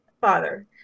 Father